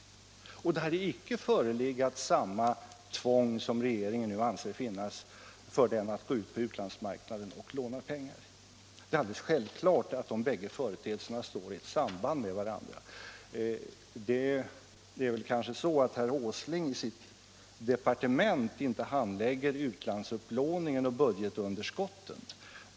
Och det hade icke förelegat samma tvång —- som regeringen nu anser finnas för den — att gå ut på utlandsmarknaden och låna pengar. Det är alltså självklart att de bägge företeelserna står i ett samband med varandra. Det är kanske så att herr Åsling i sitt departement inte handlägger utlandsupplåningen och budgetunderskotten.